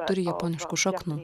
turi japoniškų šaknų